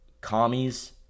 Commies